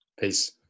Peace